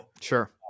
Sure